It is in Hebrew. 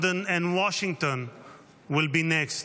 London and Washington will be next".